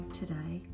today